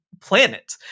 planet